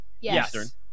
Yes